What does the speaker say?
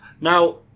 Now